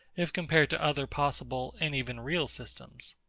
if compared to other possible, and even real systems.